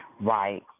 Right